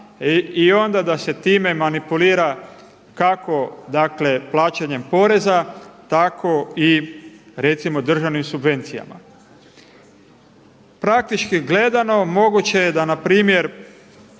i onda da se time manipulira kako plaćanjem poreza tako i recimo državnim subvencijama. Praktički gledano moguće je da npr.